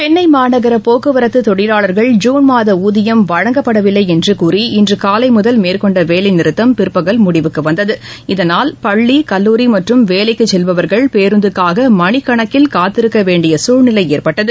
சென்னை மாநகர போக்குவரத்து தொழிலாளர்கள் ஜூன் மாத ஊதியம் வழங்கப்படவில்லை என்று இன்று காலை முதல் மேற்கொண்ட வேலைநிறுத்தம் பிற்பகல் முடிவுக்கு வந்தது இதனால் பள்ளி கல்லூரி மற்றும் வேலைக்கு செல்பவர்கள் பேருந்துக்காக மணிக்கணக்கில் காத்திருக்க வேண்டிய சூழ்நிலை ஏற்பட்டது